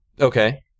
Okay